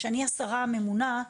שאני השרה הממונה,